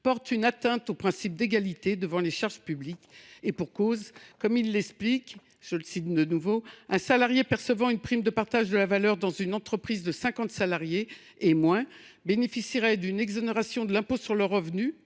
portent une atteinte au principe d’égalité devant les charges publiques ». Et pour cause, comme il l’explique, « un salarié percevant une prime de partage de la valeur dans une entreprise de 50 salariés et moins bénéficierait d’une exonération de l’impôt sur le revenu,